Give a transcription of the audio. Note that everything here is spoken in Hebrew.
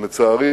ולצערי